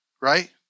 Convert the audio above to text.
Right